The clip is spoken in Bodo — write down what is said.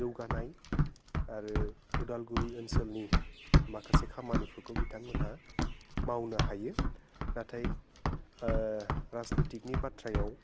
जौगानाय आरो अदालगुरि ओनसोलनि माखासे खामानिफोरखौ बिथांमोनहा मावनो हायो नाथाय राजनिथिगनि बाथ्रायाव